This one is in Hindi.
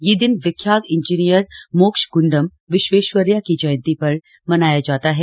यह दिन विख्यात इंजीनियर मोक्षग्ंडम विश्वेश्वरय्या की जयंती पर मनाया जाता है